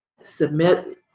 submit